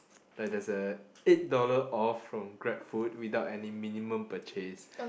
like there's a eight dollar off from grab food without any minimum purchase